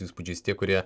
įspūdžiais tie kurie